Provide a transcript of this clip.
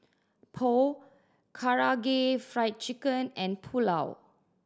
Pho Karaage Fried Chicken and Pulao